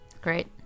Great